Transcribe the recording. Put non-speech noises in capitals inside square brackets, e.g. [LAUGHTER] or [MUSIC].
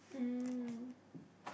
mm [BREATH]